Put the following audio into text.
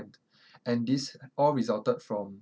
and this all resulted from